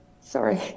Sorry